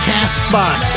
Castbox